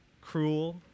cruel